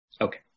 Okay